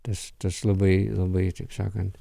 tas tas labai labai taip sakant